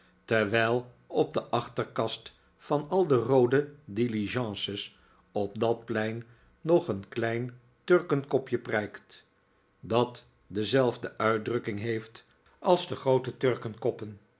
terwijl op de achterkast van al de roode diligences op dat plein nog een klein turkenkopje prijkt dat dezelfde uitdrukking heeft als de groote